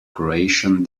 croatian